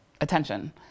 attention